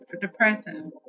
depressing